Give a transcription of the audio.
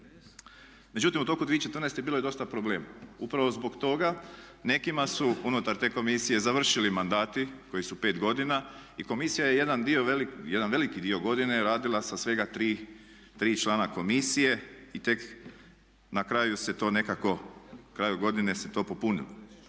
Međutim u toku 2014. bilo je dosta problema. Upravo zbog toga nekima su unutar te komisije završili mandati koji su pet godina i komisija je jedan veliki dio godine radila sa svega tri člana komisije i tek na kraju se to nekako, na kraju godine se to popunilo.